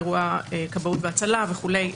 אירוע כבאות והצלה וכולי",